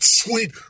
sweet